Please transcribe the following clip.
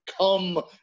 come